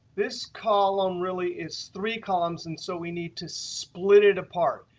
this column really is three columns, and so we need to split it apart.